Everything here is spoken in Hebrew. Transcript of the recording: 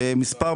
במספר,